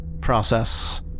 process